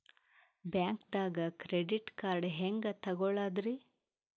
ಬ್ಯಾಂಕ್ದಾಗ credit card ಹೆಂಗ್ ತಗೊಳದ್ರಿ?